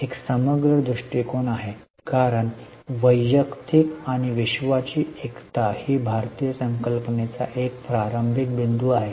एक समग्र दृष्टीकोन आहे कारण वैयक्तिक आणि विश्वाची एकता ही भारतीय संकल्पनेचा एक प्रारंभिक बिंदू आहे